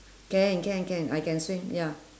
can can can I can swim ya